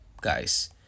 guys